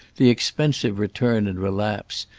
the expensive return and relapse,